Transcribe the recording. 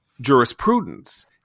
jurisprudence